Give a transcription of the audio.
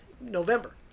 November